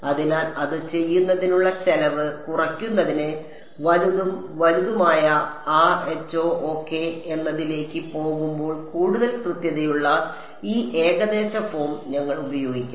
അതിനാൽ അത് ചെയ്യുന്നതിനുള്ള ചെലവ് കുറയ്ക്കുന്നതിന് വലുതും വലുതുമായ Rho ok എന്നതിലേക്ക് പോകുമ്പോൾ കൂടുതൽ കൃത്യതയുള്ള ഈ ഏകദേശ ഫോം ഞങ്ങൾ ഉപയോഗിക്കണം